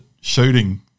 shooting